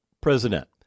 president